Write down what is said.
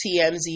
TMZ